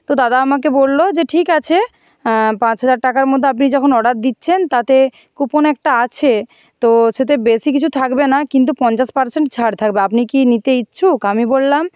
তো দাদা আমাকে বললো যে ঠিক আছে পাঁচ হাজার টাকার মধ্যে আপনি যখন অর্ডার দিচ্ছেন তাতে কুপন একটা আছে তো সেতে বেশি কিছু থাকবে না কিন্তু পঞ্চাশ পার্সেন্ট ছাড় থাকবে আপনি কি নিতে ইচ্ছুক আমি বললাম